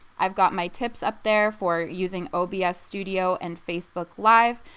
i've got my tips up there for using obs studio and facebook live,